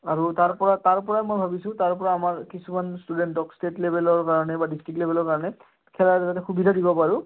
আৰু তাৰপৰা তাৰপৰা মই ভাবিছোঁ তাৰপৰা আমাৰ কিছুমান ষ্টুডেণ্টক ষ্টেট লেভেলৰ কাৰণে বা ডিষ্ট্ৰিক্ট লেভেলৰ কাৰণে খেলাৰ যাতে সুবিধা দিব পাৰোঁ